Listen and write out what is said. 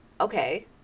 okay